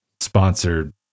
sponsored